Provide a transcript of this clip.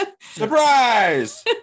surprise